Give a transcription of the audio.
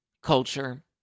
Culture